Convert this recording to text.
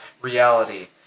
reality